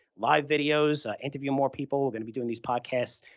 live videos. i interview more people. we're going to be doing these podcasts,